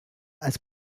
als